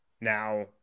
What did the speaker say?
now